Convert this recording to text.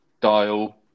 dial